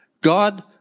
God